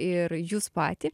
ir jus patį